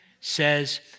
says